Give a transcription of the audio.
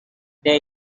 there